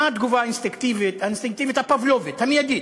מה התגובה האינסטינקטיבית, הפבלובית, המיידית?